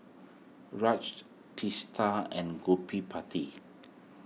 Raj Teesta and Gottipati